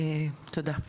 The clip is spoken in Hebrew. תודה.